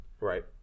right